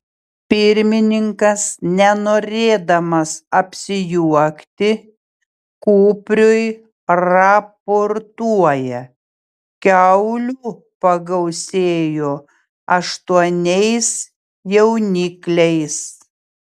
pirmininkas nenorėdamas apsijuokti kupriui raportuoja kiaulių pagausėjo aštuoniais jaunikliais